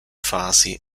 fasi